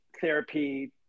therapy